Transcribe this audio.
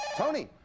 tony?